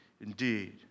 indeed